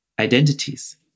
identities